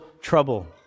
trouble